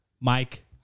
Mike